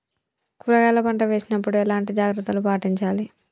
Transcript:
కూరగాయల పంట వేసినప్పుడు ఎలాంటి జాగ్రత్తలు పాటించాలి?